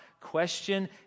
question